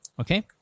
okay